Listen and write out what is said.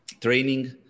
training